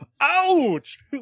Ouch